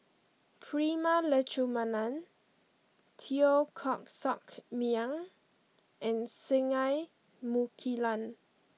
Prema Letchumanan Teo Koh Sock Miang and Singai Mukilan